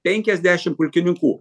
penkiasdešim pulkininkų